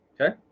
Okay